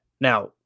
Now